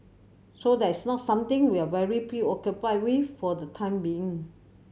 so that's not something we are very preoccupied with for the time being